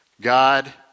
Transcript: God